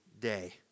day